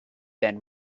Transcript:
been